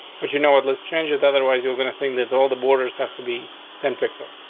but you know what? let's change it. otherwise, you're gonna think that all the borders have to be ten pixels.